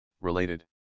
related